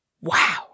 Wow